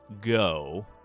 go